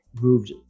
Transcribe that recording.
moved